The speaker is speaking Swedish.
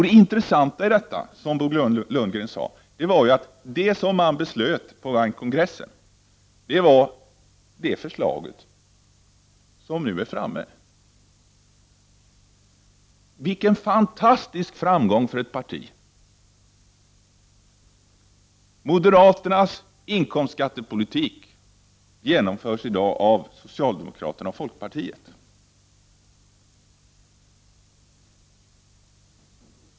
Det intressanta, som Bo Lundgren sade, var att det man beslöt på moderaternas kongress var det som finns framme i förslaget i dag. Vilken fantastisk framgång för ett parti! Moderaternas inkomstskattepolitik genomförs i dag av socialdemokraterna och folkpartiet.